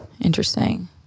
interesting